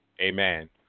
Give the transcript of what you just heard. Amen